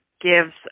gives